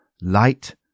light